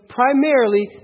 primarily